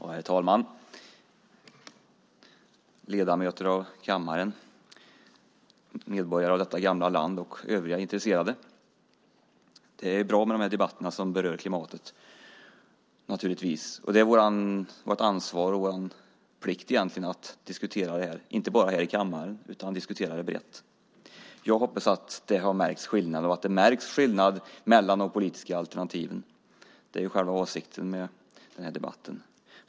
Herr talman! Ledamöter av kammaren, medborgare av detta gamla land och övriga intresserade! Det är bra med dessa debatter som berör klimatet. Det är vårt ansvar och vår plikt att diskutera detta brett och inte bara här i kammaren. Jag hoppas att det märks en skillnad mellan de politiska alternativen. Det är själva avsikten med den här debatten.